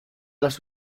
las